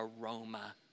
aroma